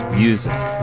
music